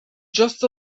just